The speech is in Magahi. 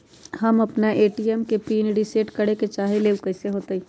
हम अपना ए.टी.एम के पिन रिसेट करे के चाहईले उ कईसे होतई?